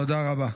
תודה רבה.